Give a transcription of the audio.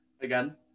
Again